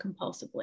compulsively